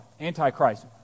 Antichrist